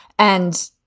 and